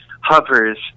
hovers